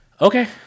Okay